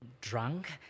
drunk